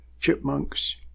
chipmunks